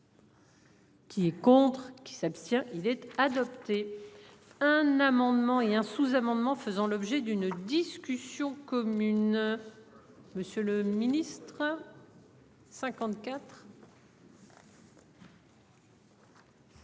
Qui est contre qui s'abstient-il être adopté. Un amendement et un sous-amendement faisant l'objet d'une discussion commune. Monsieur le Ministre. 54.